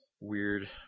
weird